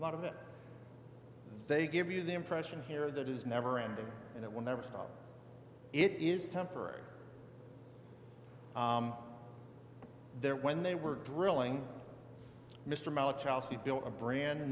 a lot of it they give you the impression here that is never ending and it will never stop it is temporary there when they were drilling mr mallock house he built a brand